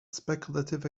speculative